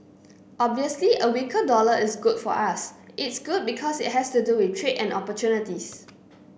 obviously a weaker dollar is good for us it's good because it has to do with trade and opportunities